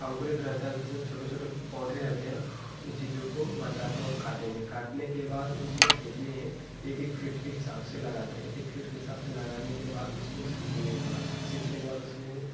अंकुरित रहता है जिसमें छोटे छोटे पौधे रहते हैं कुछ चीज़ों को बचाकर और काटेंगे काटने के बाद उसको खेत में एक एक फिट के हिसाब से लगाते हैं एक एक फिट के हिसाब से लगाने के बाद उसको सीचेंगे थोड़ा सीचने के बाद उसमें